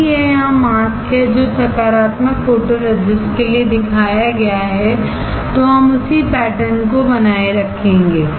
यदि यह यहां मास्क है जो सकारात्मक फोटोरेसिस् के लिए दिखाया गया है तो हम उसी पैटर्न को बनाए रखेंगे